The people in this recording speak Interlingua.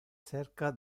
cerca